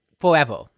forever